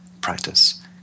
practice